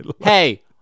hey